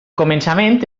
començament